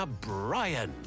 Brian